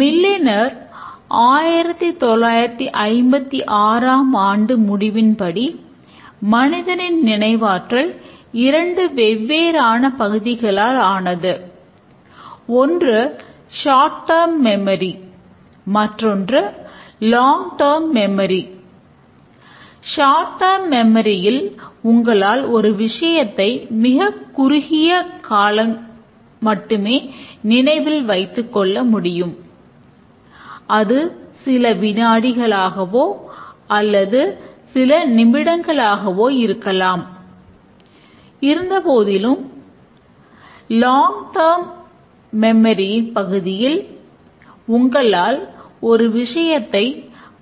மில்லரின் பகுதியில் உங்களால் ஒரு விஷயத்தை